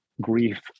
grief